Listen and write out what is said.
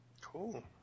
Cool